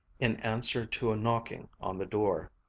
in answer to a knocking on the door.